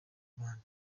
rubanda